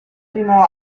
primo